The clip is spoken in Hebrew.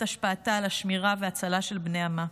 השפעתה על השמירה וההצלה של בני עמה.